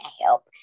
help